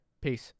Peace